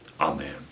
amen